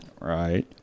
Right